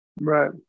right